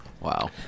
Wow